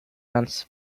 months